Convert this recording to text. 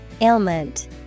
Ailment